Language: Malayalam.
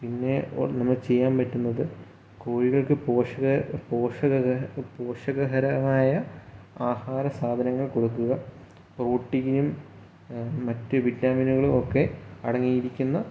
പിന്നെ ഓ നമ്മ ചെയ്യാൻ പറ്റുന്നത് കോഴികൾക്ക് പോഷക പോഷകകരമായ പോഷകകരമായ ആഹാരസാധനങ്ങൾ കൊടുക്കുക പ്രോട്ടീനും മറ്റ് വിറ്റാമിനുകളുവൊക്കെ അടങ്ങീരിക്കുന്ന